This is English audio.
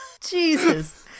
Jesus